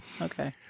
Okay